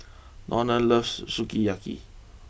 Donald loves Sukiyaki